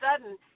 sudden